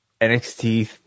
NXT